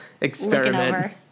experiment